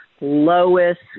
lowest